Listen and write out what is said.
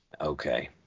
okay